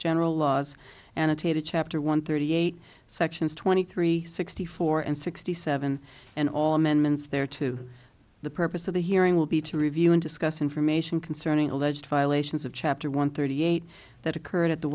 general laws annotated chapter one thirty eight sections twenty three sixty four and sixty seven and all amendments there to the purpose of the hearing will be to review and discuss information concerning alleged violations of chapter one thirty eight that occurred at the